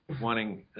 wanting